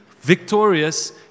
victorious